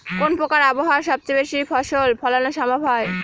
কোন প্রকার আবহাওয়ায় সবচেয়ে বেশি ফসল ফলানো সম্ভব হয়?